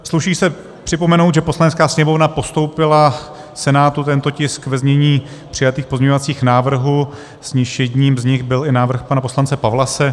Sluší se připomenout, že Poslanecká sněmovna postoupila Senátu tento tisk ve znění přijatých pozměňovacích návrhů, z nichž jedním z nich byl i návrh pana poslance Pawlase.